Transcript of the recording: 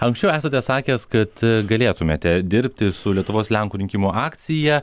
anksčiau esate sakęs kad e galėtumėte dirbti su lietuvos lenkų rinkimų akcija